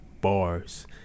Bars